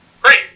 great